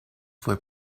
fue